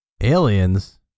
Aliens